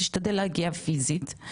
תשתדל להגיע פיזית,